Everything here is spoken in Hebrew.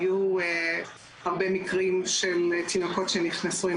היו הרבה מקרים של תינוקות שנכנסו עם